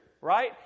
right